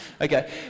Okay